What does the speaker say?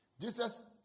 Jesus